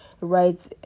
right